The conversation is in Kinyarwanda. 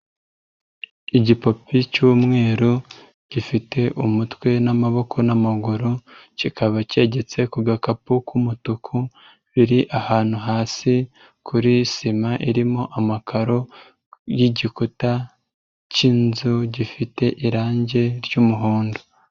Igipupe cy'umweru gifite umutwe n'amaboko n'amaguru kikaba cyegetse ku gakapu k'umutuku biri ahantu hasi kuri sima irimo amakaro y'igikuta cy'inzu gifite irangi ry'umuhondo.